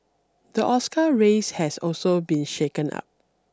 the Oscar race has also been shaken up